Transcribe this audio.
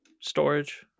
storage